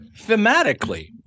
thematically